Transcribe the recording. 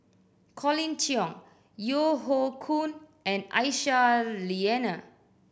Colin Cheong Yeo Hoe Koon and Aisyah Lyana